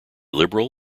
liberal